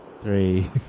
three